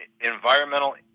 environmental